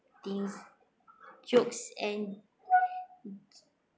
things jokes and